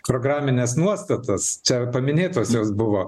programines nuostatas čia paminėtos jos buvo